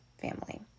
family